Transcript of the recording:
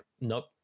Nope